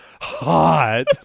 hot